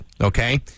okay